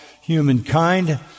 humankind